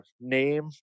name